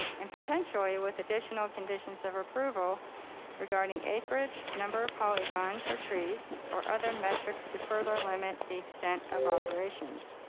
and potentially with additional conditions of approval regarding acreage, number of polygons or trees or other metrics to further limit the extent of operations.